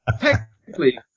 technically